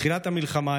בתחילת המלחמה,